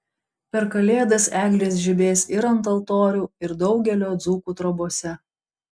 per kalėdas eglės žibės ir ant altorių ir daugelio dzūkų trobose